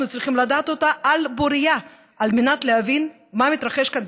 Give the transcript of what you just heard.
צריכים לדעת אותה על בוריה על מנת להבין מה מתרחש כאן,